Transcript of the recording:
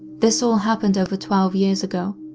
this all happened over twelve years ago,